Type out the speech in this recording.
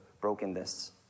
brokenness